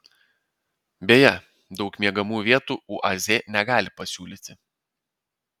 beje daug miegamų vietų uaz negali pasiūlyti